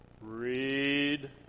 Read